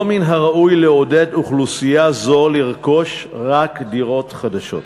לא מן הראוי לעודד אוכלוסייה זו לרכוש רק דירות חדשות.